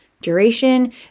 duration